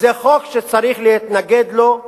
זה חוק שצריך להתנגד לו,